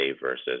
versus